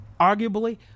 Arguably